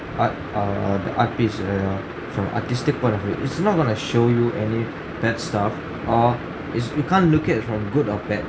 art err the art piece err from artistic point of view it's not going to show you any bad stuff or it's you can't look it from good or bad